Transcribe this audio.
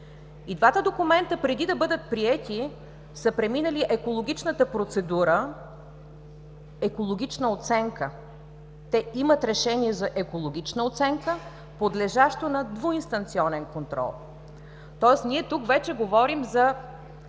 И двата документа, преди да бъдат приети, са преминали екологичната процедура – екологична оценка. Те имат решение за екологична оценка, подлежащо на двуинстанционен контрол, тоест тук вече говорим за